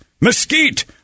mesquite